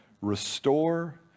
restore